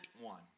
one